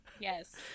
Yes